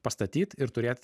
pastatyt ir turėt